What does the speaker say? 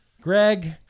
Greg